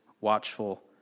watchful